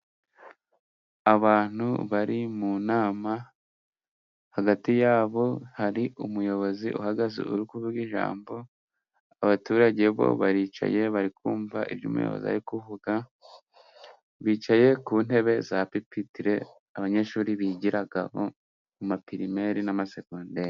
Abantu bari mu nama, hagati yabo hari umuyobozi uhagaze uri kuvuga ijambo, abaturage bo baricaye bari kumva ibyo umuyobozi ari kuvuga. Bicaye ku ntebe za pipitire abanyeshuri bigiraho amapirimeri n'amasegonderi.